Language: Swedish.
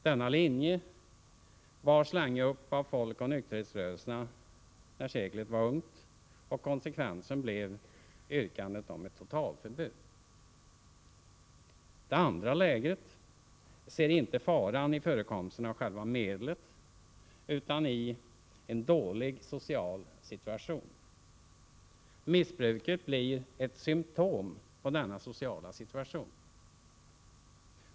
Denna linje bars länge upp av folkoch nykterhetsrörelserna när seklet var ungt, och konsekvensen blev yrkanden på ett totalförbud. Det andra lägret ser inte faran i förekomsten av själva medlet utan i en dålig social situation. Missbruket blir ett symtom på denna sociala situation.